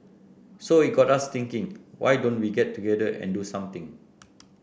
so it got us thinking why don't we get together and do something